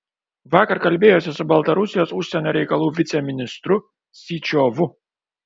vakar kalbėjosi su baltarusijos užsienio reikalų viceministru syčiovu